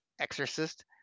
exorcist